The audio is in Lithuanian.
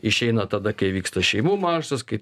išeina tada kai vyksta šeimų maršas kai